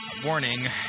warning